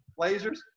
lasers